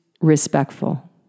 respectful